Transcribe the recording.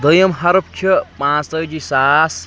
دوٚیِم حرُف چھِ پانٛژتٲجی ساس